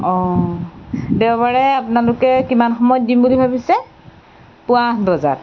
অঁ দেওবাৰে আপোনালকে কিমান সময়ত দিম বুলি ভাবিছে পুৱা আঠ বজাত